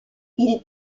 ils